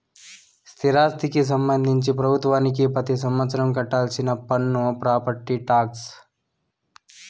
స్థిరాస్తికి సంబంధించి ప్రభుత్వానికి పెతి సంవత్సరం కట్టాల్సిన పన్ను ప్రాపర్టీ టాక్స్